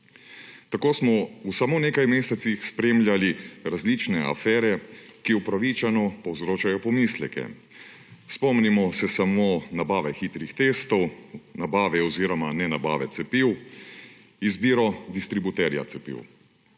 Tako smo v samo nekaj mesecih spremljali različne afere, ki upravičeno povzročajo pomisleke. Spomnimo se samo nabave hitrih testov, nabave oziroma nenabave cepiv, izbire distributerja cepiv.